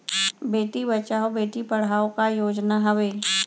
बेटी बचाओ बेटी पढ़ाओ का योजना हवे?